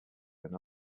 and